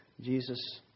Jesus